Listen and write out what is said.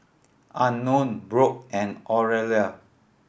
Unknown Brock and Orelia